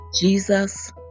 Jesus